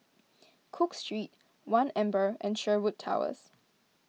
Cook Street one Amber and Sherwood Towers